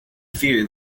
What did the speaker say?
fear